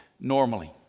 normally